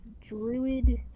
druid